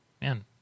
man